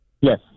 Yes